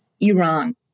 iran